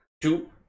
Two